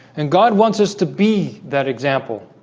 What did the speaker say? and god wants us to be that example